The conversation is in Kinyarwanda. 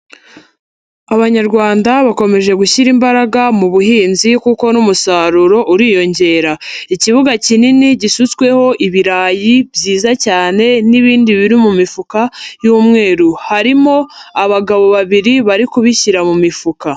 Abanyarwanda bakomeje gushyira imbaraga mu buhinzi kuko n'umusaruro uriyongera, ikibuga kinini gisutsweho ibirayi byiza cyane n'ibindi biri mu mifuka y'umweru, harimo abagabo babiri bari kubishyira mu mifuka.